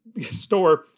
store